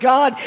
God